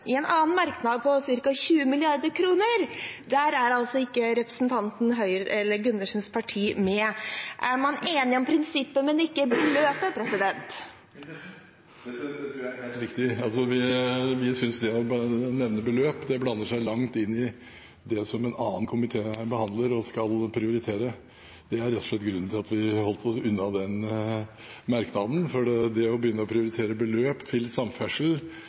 i en annen merknad – på ca. 20 mrd. kr, er ikke representanten Gundersens parti med. Er man enig om prinsippet, men ikke beløpet? Det tror jeg er helt riktig. Vi synes man ved å nevne beløp blander seg langt inn i det som en annen komité behandler og skal prioritere. Det er rett og slett grunnen til at vi holdt oss unna den merknaden. Det å begynne å prioritere beløp til samferdsel